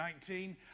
19